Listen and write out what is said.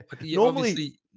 Normally